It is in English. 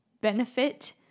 benefit